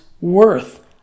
worth